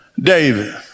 David